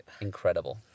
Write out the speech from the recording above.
incredible